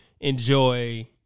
enjoy